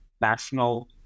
national